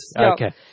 Okay